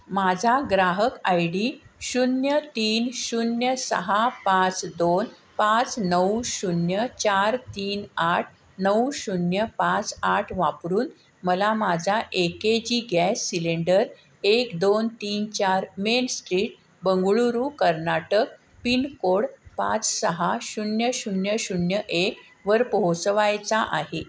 माझा ग्राहक I D शून्य तीन शून्य सहा पाच दोन पाच नऊ शून्य चार तीन आठ नऊ शून्य पाच आठ वापरून मला माझ्या A K G gas cylinder एक दोन तीन चार main street Bengaluru Karnataka pin code पाच सहा शून्य शून्य शून्य एक वर पोहोचवायचा आहे